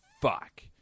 fuck